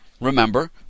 Remember